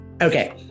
Okay